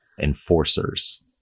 enforcers